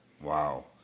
Wow